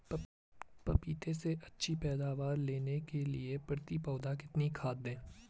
पपीते से अच्छी पैदावार लेने के लिए प्रति पौधा कितनी खाद दें?